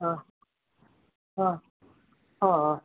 ਹਾਂ ਹਾਂ ਹਾਂ